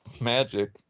magic